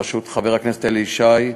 בראשות חבר הכנסת אלי ישי,